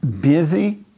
busy